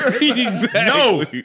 No